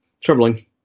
Troubling